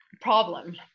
problem